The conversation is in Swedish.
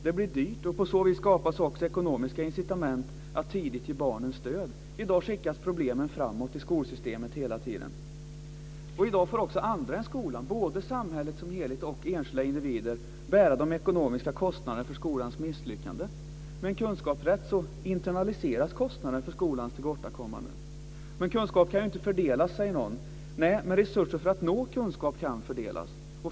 Det blir dyrt, och på så vis skapas också ekonomiska incitament att tidigt ge barnen stöd. I dag skickas problemen framåt i skolsystemet hela tiden. I dag får också andra än skolan, både samhället som helhet och enskilda individer, bära de ekonomiska kostnaderna för skolans misslyckande. Med en kunskapsrätt internaliseras kostnaden för skolans tillkortakommanden. Kunskap kan inte fördelas, säger någon. Nej, men resurser för att nå kunskap kan fördelas.